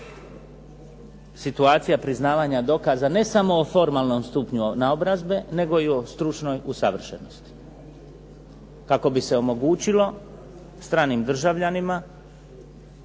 situacija priznavanja dokaza, ne samo u formalnom stupnju naobrazbe, nego i o stručnoj usavršenosti, kako bi se omogućilo stranim državljanima